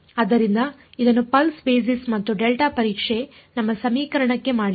ಆದ್ದರಿಂದ ಇದನ್ನು pulse basis ಮತ್ತು ಡೆಲ್ಟಾ ಪರೀಕ್ಷೆ ನಮ್ಮ ಸಮೀಕರಣಕ್ಕೆ ಮಾಡಿದೆ